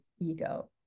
ego